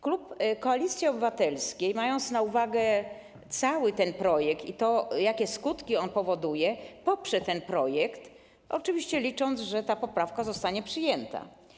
Klub Koalicji Obywatelskiej, mając na uwadze cały ten projekt i to, jakie skutki on powoduje, poprze ten projekt, oczywiście licząc, że ta poprawka zostanie przyjęta.